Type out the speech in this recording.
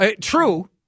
true